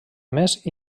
més